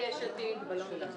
מיד עברו לנגד.